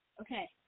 Okay